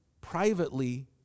privately